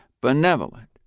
benevolent